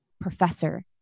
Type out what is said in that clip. professor